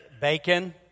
bacon